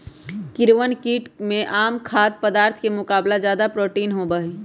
कीड़वन कीट में आम खाद्य पदार्थ के मुकाबला ज्यादा प्रोटीन होबा हई